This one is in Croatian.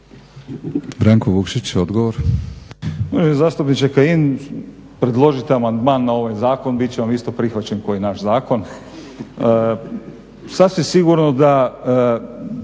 Branko Vukšić, odgovor.